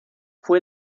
fue